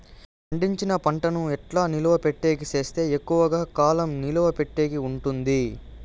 పండించిన పంట ను ఎట్లా నిలువ పెట్టేకి సేస్తే ఎక్కువగా కాలం నిలువ పెట్టేకి ఉంటుంది?